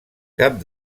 cap